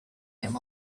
him